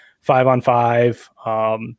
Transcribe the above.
five-on-five